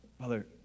Father